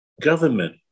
government